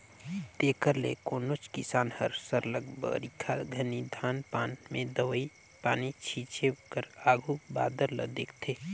तेकर ले कोनोच किसान हर सरलग बरिखा घनी धान पान में दवई पानी छींचे कर आघु बादर ल देखथे